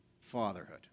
fatherhood